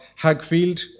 Hagfield